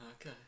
Okay